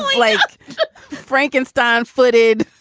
like frankenstein footed